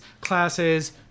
classes